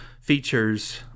features